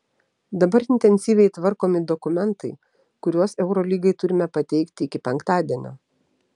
dabar intensyviai tvarkomi dokumentai kuriuos eurolygai turime pateikti iki penktadienio